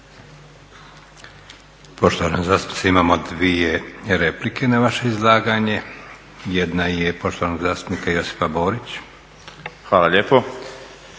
Poštovana zastupnice imamo dvije replike na vaše izlaganje. Jedna je poštovanog zastupnika Josipa Borića.